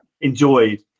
enjoyed